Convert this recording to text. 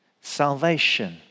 Salvation